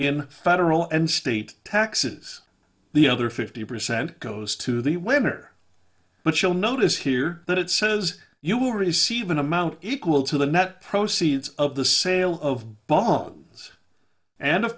in federal and state taxes the other fifty percent goes to the winner but you'll notice here that it says you will receive an amount equal to the net proceeds of the sale of bones and of